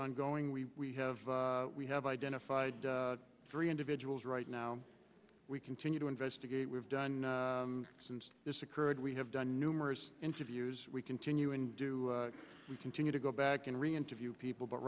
ongoing we have we have identified three individuals right now we continue to investigate we have done since this occurred we have done numerous interviews we continue in do we continue to go back and reinterview people but